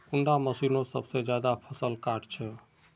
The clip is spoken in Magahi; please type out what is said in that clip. कुंडा मशीनोत सबसे ज्यादा फसल काट छै?